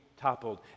toppled